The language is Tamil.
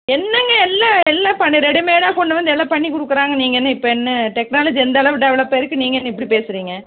என்னங்க எல்லாம் எல்லாம் பண்ணி ரெடிமேடாக கொண்டு வந்து எல்லாம் பண்ணி கொடுக்குறாங்க நீங்கள் என்ன இப்போ என்ன டெக்னாலஜி எந்தளவு டெவலப்பாகியிருக்கு நீங்கள் என்ன இப்படி பேசுகிறீங்க